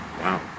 Wow